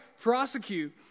prosecute